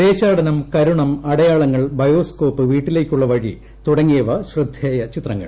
ദേശാടനം കരുണം അടയാളങ്ങൾ ബയോസ്കോപ്പ് വീട്ടിലേയ്ക്കുള്ള വഴി തുടങ്ങിയവ ശ്രദ്ധേയ ചിത്രങ്ങൾ